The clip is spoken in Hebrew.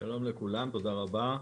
שלום לכולם, תודה רבה.